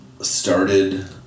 started